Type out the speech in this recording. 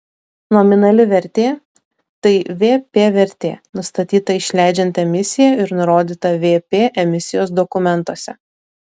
nominali vertė tai vp vertė nustatyta išleidžiant emisiją ir nurodyta vp emisijos dokumentuose